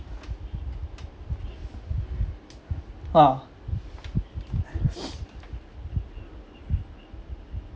!wow!